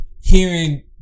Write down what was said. hearing